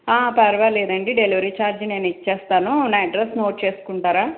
పర్వాలేదు అండి delivery charge నేను ఇచ్చేస్తాను నా అడ్రెస్ నోట్ చేసుకుంటారా